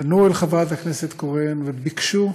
פנו אל חברת הכנסת קורן וביקשו